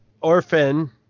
orphan